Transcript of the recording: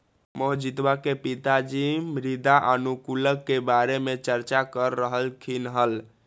मोहजीतवा के पिताजी मृदा अनुकूलक के बारे में चर्चा कर रहल खिन हल